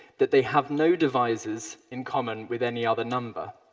that they have no divisors in common with any other number.